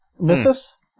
Mythos